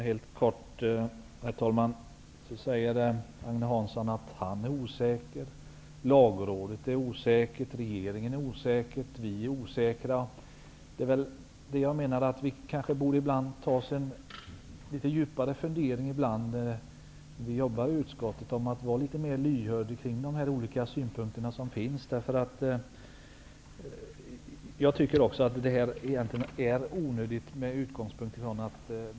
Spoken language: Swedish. Herr talman! Agne Hansson säger att han är osäker, att Lagrådet är osäkert, att regeringen är osäker och att vi är osäkra. Vi borde kanske ta oss en litet djupare fundering ibland när vi arbetar i utskottet och vara mer lyhörda för olika synpunkter. Jag tycker också att det hela egentligen är onödigt.